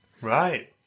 right